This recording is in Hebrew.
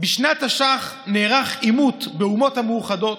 "בשנת תש"ח נערך עימות באומות המאוחדות.